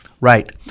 right